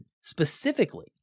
specifically